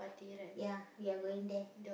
ya we are going there